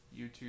YouTube